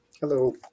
Hello